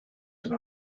yno